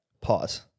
Pause